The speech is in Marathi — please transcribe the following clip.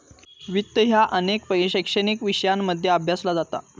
वित्त ह्या अनेक शैक्षणिक विषयांमध्ये अभ्यासला जाता